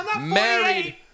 married